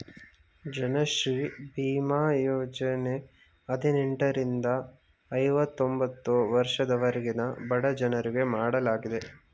ಜನಶ್ರೀ ಬೀಮಾ ಯೋಜನೆ ಹದಿನೆಂಟರಿಂದ ಐವತೊಂಬತ್ತು ವರ್ಷದವರೆಗಿನ ಬಡಜನರಿಗೆ ಮಾಡಲಾಗಿದೆ